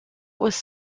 was